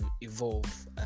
evolve